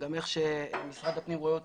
גם איך שמשרד הפנים רואה אותו,